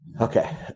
Okay